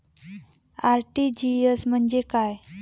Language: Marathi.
आर.टी.जी.एस म्हणजे काय?